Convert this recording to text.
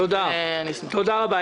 תודה רבה.